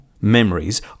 Memories